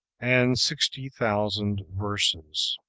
and sixty thousand verses.